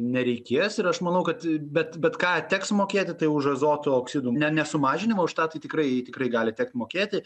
nereikės ir aš manau kad bet bet ką teks mokėti už azoto oksidų nesumažinimą už tą tai tikrai tikrai gali tekt mokėti